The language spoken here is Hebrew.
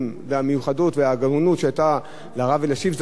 והמיוחדות והגאונות שהיתה לרב אלישיב זצ"ל,